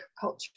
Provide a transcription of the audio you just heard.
culture